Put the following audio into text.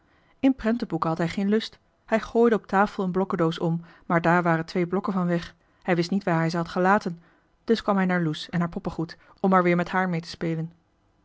in prentenboeken had hij geen lust hij gooide op tafel een blokkendoos om maar daar waren twee blokken van weg hij wist niet waar hij ze had gelaten dus kwam hij naar loes en haar poppengoed om maar weer met haar mee te spelen